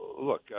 look